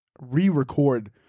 re-record